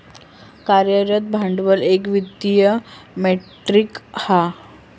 कार्यरत भांडवल एक वित्तीय मेट्रीक हा